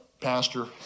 pastor